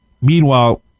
Meanwhile